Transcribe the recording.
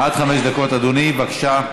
עד חמש דקות, אדוני, בבקשה.